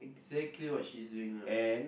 exactly what she's doing now